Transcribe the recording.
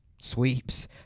sweeps